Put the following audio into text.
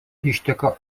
išteka